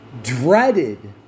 dreaded